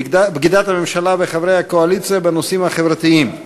בגידת הממשלה וחברי הקואליציה בנושאים החברתיים.